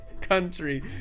country